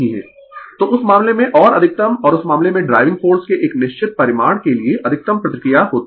Refer slide Time 1927 तो उस मामले में और अधिकतम और उस मामले में ड्राइविंग फोर्स के एक निश्चित परिमाण के लिए अधिकतम प्रतिक्रिया होती है